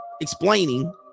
explaining